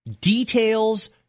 Details